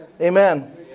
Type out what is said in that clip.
Amen